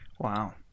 Wow